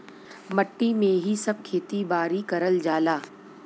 मट्टी में ही सब खेती बारी करल जाला